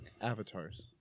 avatars